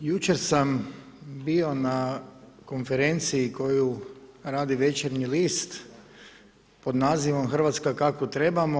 Jučer sam bio na konferenciju koju radi Večernji list, pod nazivom „Hrvatska kakvu trebamo“